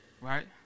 Right